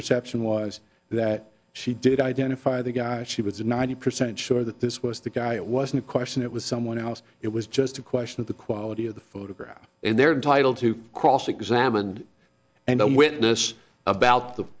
perception was that she did identify the guy she was ninety percent sure that this was the guy it wasn't a question it was someone else it was just a question of the quality of the photograph and their title to cross examined and the witness about the